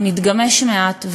נתגמש מעט,